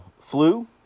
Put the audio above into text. flu